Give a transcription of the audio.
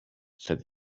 said